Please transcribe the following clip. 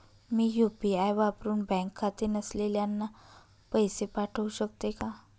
मी UPI वापरुन bank खाते नसलेल्यांना पैसे पाठवू शकते का?